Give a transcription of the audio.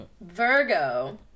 Virgo